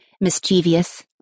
mischievous